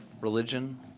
religion